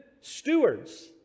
stewards